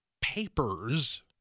papers